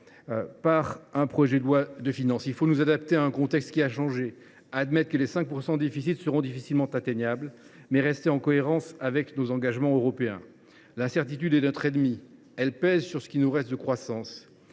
par un projet de loi de finances. Il faut nous adapter à un contexte qui a changé, admettre que les 5 % de déficit seront difficilement atteignables, mais rester en cohérence avec nos engagements européens. L’incertitude est notre ennemie : elle pèse sur ce qui nous reste de croissance.